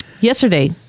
Yesterday